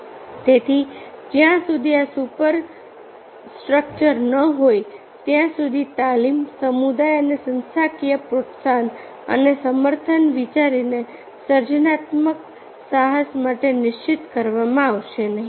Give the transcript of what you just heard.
તેથી જ્યાં સુધી આ સુપરસ્ટ્રક્ચર ન હોય ત્યાં સુધી તાલીમ સમુદાય અને સંસ્થાકીય પ્રોત્સાહન અને સમર્થન વિચારને સર્જનાત્મક સાહસ માટે નિશ્ચિત કરવામાં આવશે નહીં